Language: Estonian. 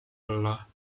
alla